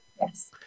Yes